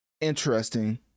interesting